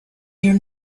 your